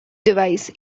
device